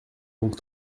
donc